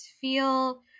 feel